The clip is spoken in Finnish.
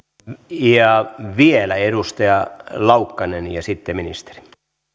vielä edustaja laukkanen ja sitten ministeri kiitos